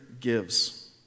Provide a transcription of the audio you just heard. gives